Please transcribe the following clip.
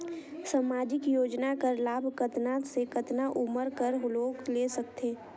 समाजिक योजना कर लाभ कतना से कतना उमर कर लोग ले सकथे?